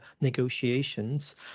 negotiations